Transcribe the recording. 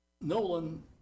Nolan